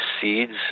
seeds